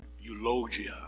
eulogia